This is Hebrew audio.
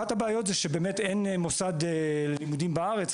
אחת הבעיות זה שבאמת אין מוסד לימודים בארץ,